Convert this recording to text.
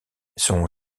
son